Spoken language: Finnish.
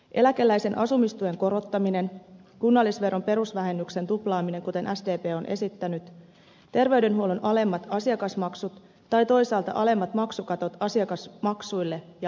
eläkeläisen asumistuen korottaminen kunnallisveron perusvähennyksen tuplaaminen kuten sdp on esittänyt terveydenhuollon alemmat asiakasmaksut tai toisaalta alemmat maksukatot asiakasmaksuille ja lääkkeille